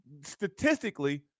statistically